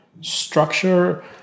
structure